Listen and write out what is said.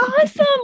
awesome